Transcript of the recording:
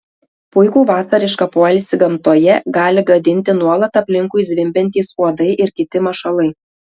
puikų vasarišką poilsį gamtoje gali gadinti nuolat aplinkui zvimbiantys uodai ir kiti mašalai